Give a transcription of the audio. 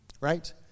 right